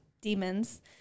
demons